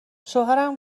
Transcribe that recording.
شوهرم